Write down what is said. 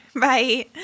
Bye